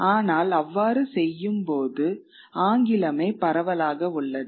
ஆனால் அவ்வாறு செய்யும்போது ஆங்கிலமே பரவலாக உள்ளது